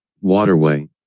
waterway